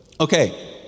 Okay